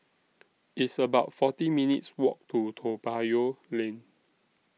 It's about forty minutes' Walk to Toa Payoh Lane